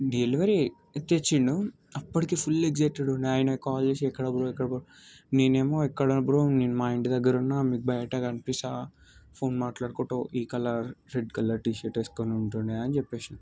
delivery తెచ్చిండు అప్పటికీ full excited ఉండే ఆయన కాల్ చేసి ఎక్కడ బ్రో ఎక్కడ బ్రో నేనేమో ఇక్కడ బ్రో నేను మా ఇంటి దగ్గర ఉన్న మీకు బయట కనిపిస్తాను ఫోన్ మాట్లాడుకుంటూ ఈ colour red colour T shirt వేసుకొని ఉంటుండే అని చెప్పేసిన